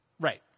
Right